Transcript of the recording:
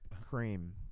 Cream